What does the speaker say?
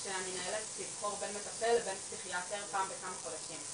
כשאני נאלצת לבחור בין מטפל לבין פסיכיאטר פעם בכמה חודשים.